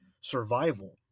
survival